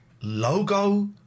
logo